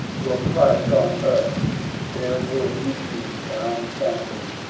were christ on earth there would he be found standing.